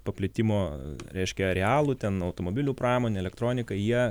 paplitimo reiškia arealų ten automobilių pramonė elektronika jie